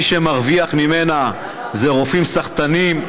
מי שמרוויח ממנה אלה רופאים סחטנים,